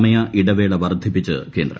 സമയ ഇടവേള വർധിപ്പിച്ച് കേന്ദ്രം